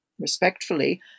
respectfully